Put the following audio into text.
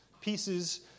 pieces